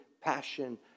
passion